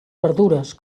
verdures